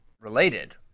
related